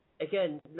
again